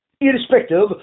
irrespective